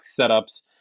setups